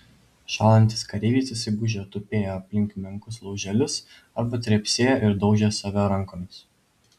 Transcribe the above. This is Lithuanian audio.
šąlantys kareiviai susigūžę tupėjo aplink menkus lauželius arba trepsėjo ir daužė save rankomis